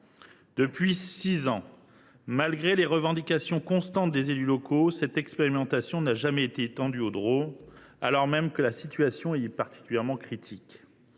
Depuis six ans, malgré les revendications constantes des élus locaux, cette expérimentation n’a jamais été étendue aux départements et régions d’outre mer, alors même que la situation y est particulièrement critique.